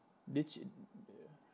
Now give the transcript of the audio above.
did uh